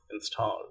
installed